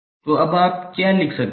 तो अब आप क्या लिख सकते हैं